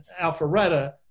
Alpharetta